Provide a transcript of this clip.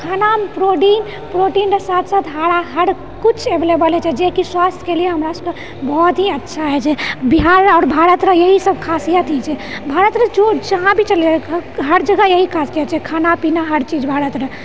खाना मऽ प्रोडीन प्रोटीनरऽ साथ साथ हरा हर कुछ एवेलेबल होइ छै जेकि स्वास्थके लिए हमरा सभकऽ बहुत ही अच्छा होइ छै बिहार आओर भारतरऽ यहीसभ खासियत होइ छै भारतरऽ जो जहाँ भी चले जाउ हर जगह यही काजके छै खाना पीना हर चीज भारतरऽ